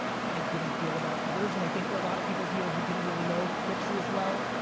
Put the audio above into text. i didn't feel about others and i think for a lot of people here who didn't really know nipsey as well,